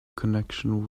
connection